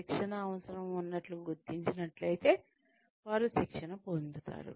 శిక్షణ అవసరం ఉన్నట్లు గుర్తించినట్లయితే వారు శిక్షణ పొందారు